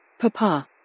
Papa